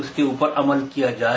उसके उपर अमल किया जाए